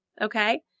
okay